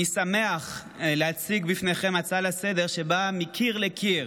אני שמח להציג בפניכם הצעה לסדר-היום שבאה מקיר לקיר,